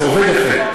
זה עובד יפה.